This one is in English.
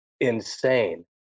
insane